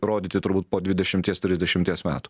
rodyti turbūt po dvidešimties trisdešimties metų